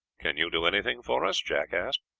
can you do anything for us? jack asked.